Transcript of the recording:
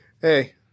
hey